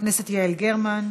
חברת הכנסת יעל גרמן,